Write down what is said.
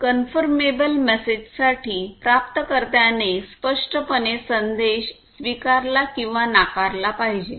confirmable message साठी प्राप्तकर्त्याने स्पष्टपणे संदेश स्वीकारला किंवा नाकारला पाहिजे